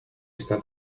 esta